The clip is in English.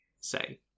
say